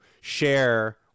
share